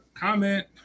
Comment